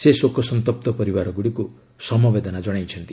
ସେ ଶୋକସନ୍ତପ୍ତ ପରିବାରଗୁଡ଼ିକୁ ସମବେଦନା ଜଣାଇଛନ୍ତି